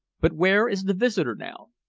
but where is the visitor now?